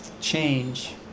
change